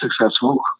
successful